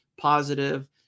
positive